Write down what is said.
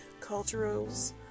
cultures